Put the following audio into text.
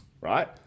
right